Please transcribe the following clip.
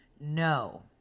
No